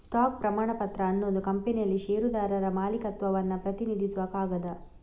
stock ಪ್ರಮಾಣಪತ್ರ ಅನ್ನುದು ಕಂಪನಿಯಲ್ಲಿ ಷೇರುದಾರರ ಮಾಲೀಕತ್ವವನ್ನ ಪ್ರತಿನಿಧಿಸುವ ಕಾಗದ